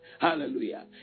hallelujah